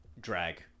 drag